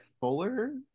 fuller